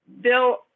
Bill